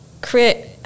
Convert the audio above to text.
create